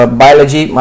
biology